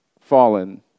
fallen